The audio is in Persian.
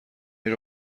این